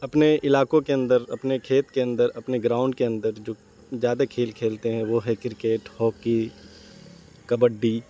اپنے علاقوں کے اندر اپنے کھیت کے اندر اپنے گراؤنڈ کے اندر جو زیادہ کھیل کھیلتے ہیں وہ ہے کرکٹ ہاکی کبڈی